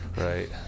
Right